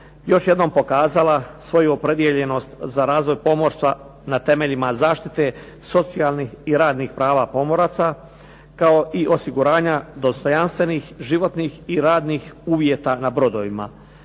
još jednom pokazala svoju opredijeljenost za razvoj pomorstava na temeljima zaštite socijalnih i radnih prava pomoraca, kao i osiguranja dostojanstvenih životnih i radnih uvjeta na brodovima.